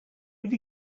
will